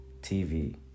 TV